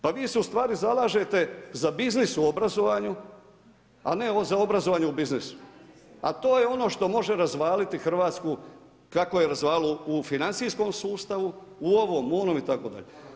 Pa vi se ustvari zalažete za biznis u obrazovanju a ne za obrazovanje u biznisu, a to je ono što može razvaliti Hrvatsku kako ju je razvalilo u financijskom sustavu, u ovom, onom itd.